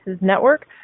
Network